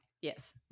Yes